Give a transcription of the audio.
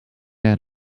out